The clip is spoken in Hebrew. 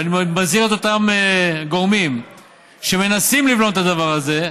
ואני מזהיר את אותם גורמים שמנסים לבלום את הדבר הזה: